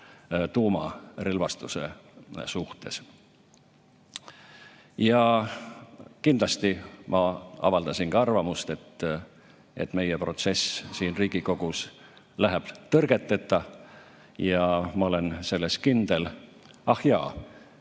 tuumarelvastuse üle. Ma avaldasin ka arvamust, et meie protsess siin Riigikogus läheb tõrgeteta, ma olen selles kindel. Ah jaa,